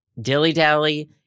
dilly-dally